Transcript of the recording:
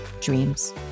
dreams